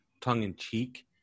tongue-in-cheek